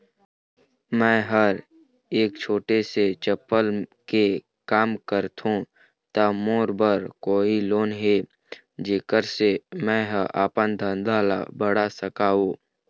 मैं हर ऐसे छोटे से चप्पल के काम करथों ता मोर बर कोई लोन हे जेकर से मैं हा अपन धंधा ला बढ़ा सकाओ?